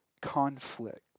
conflict